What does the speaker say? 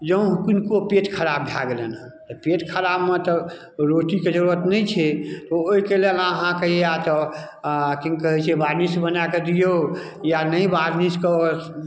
जँ किनको पेट खराब भए गेलनि हँ तऽ पेट खराबमे तऽ रोटीके जरूरत नहि छै ओ ओइके लेल अहाँके या तऽ अऽ कि कहै छै बार्लिस बनाकऽ दियौ या नहि बार्लिसके